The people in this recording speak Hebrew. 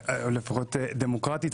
לפחות דמוקרטית.